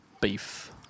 beef